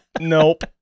Nope